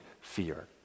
fear